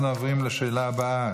אנחנו עוברים לשאלה הבאה,